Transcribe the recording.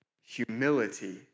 humility